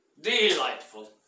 Delightful